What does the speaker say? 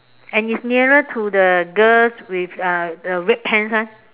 and it's nearer to the girls with uh red pants ah